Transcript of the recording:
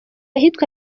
ahitwa